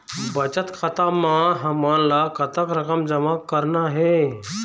बचत खाता म हमन ला कतक रकम जमा करना हे?